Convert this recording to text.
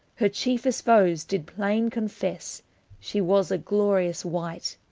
her chiefest foes did plain confesse shee was a glorious wight.